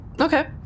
Okay